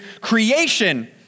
creation